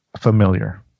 familiar